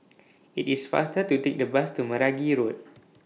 IT IS faster to Take The Bus to Meragi Road